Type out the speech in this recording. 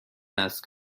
است